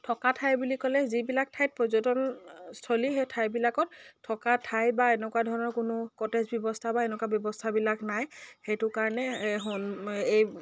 থকা ঠাই বুলি ক'লে যিবিলাক ঠাইত পৰ্যটনস্থলী সেই ঠাইবিলাকত থকা ঠাই বা এনেকুৱা ধৰণৰ কোনো কটেজ ব্যৱস্থা বা এনেকুৱা ব্যৱস্থাবিলাক নাই সেইটো কাৰণে এই সন